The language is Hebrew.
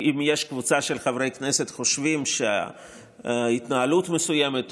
אם יש קבוצה של חברי כנסת שחושבים שהתנהלות מסוימת,